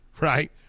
right